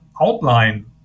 outline